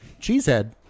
Cheesehead